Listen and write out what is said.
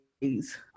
days